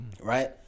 right